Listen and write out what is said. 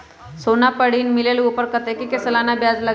सोना पर ऋण मिलेलु ओपर कतेक के सालाना ब्याज लगे?